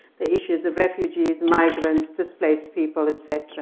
the issues of refugees, migrants, displaced people, et cetera.